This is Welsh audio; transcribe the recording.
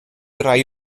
rai